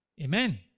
Amen